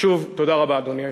שוב, תודה רבה, אדוני היושב-ראש.